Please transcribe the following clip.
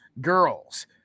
girls